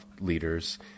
leaders